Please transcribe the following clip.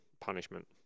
punishment